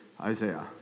Isaiah